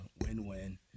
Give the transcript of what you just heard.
win-win